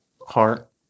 heart